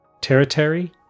Territory